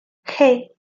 hey